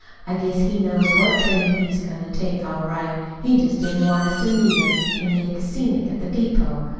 i guess he knows what train he's goin' to take all right. he jest didn't want us to meet him an' make a scenic at the depot.